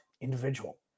individual